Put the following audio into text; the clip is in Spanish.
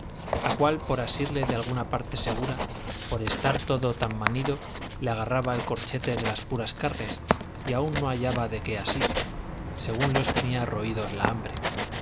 a cuál por asirle de alguna parte segura por estar todo tan manido le agarraba el corchete de las puras carnes y aun no hallaba de qué asir según los tenía roídos la hambre